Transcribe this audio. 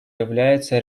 является